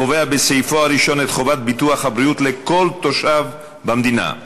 הקובע בסעיפו הראשון את חובת ביטוח הבריאות לכל תושב במדינה,